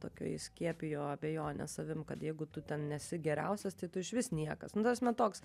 tokio įskiepijo abejones savim kad jeigu tu ten nesi geriausias tai tu išvis niekas nu ta prasme toks